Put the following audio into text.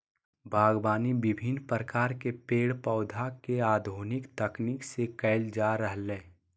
बागवानी विविन्न प्रकार के पेड़ पौधा के आधुनिक तकनीक से कैल जा रहलै